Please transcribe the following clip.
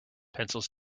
pencils